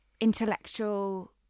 intellectual